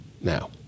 now